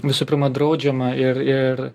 visų pirma draudžiama ir ir